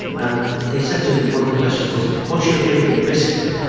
and they said to him, one of the questions was what's your favourite biscuit?